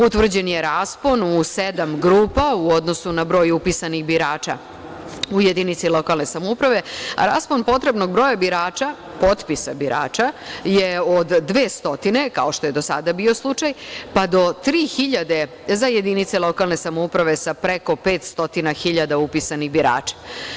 Utvrđen je raspon u sedam grupa u odnosu na broj upisanih birača u jedinici lokalne samouprave, a raspon potrebnog broja birača, potpisa birača je od 200, kao što je do sada bio slučaj, pa do tri hiljade za jedinice lokalne samouprave sa preko 500 hiljada upisanih birača.